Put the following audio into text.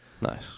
nice